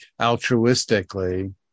altruistically